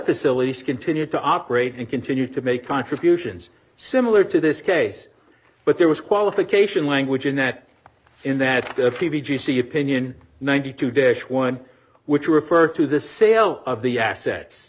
facilities continued to operate and continue to make contributions similar to this case but there was qualification language anette in that the pvc opinion ninety two dish one which referred to the sale of the assets